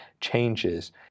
changes